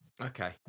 Okay